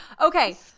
Okay